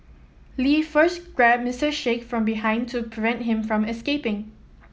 lee first grabbed Mister Sheikh from behind to prevent him from escaping